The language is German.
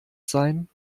sein